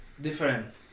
different